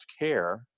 care